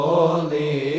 Holy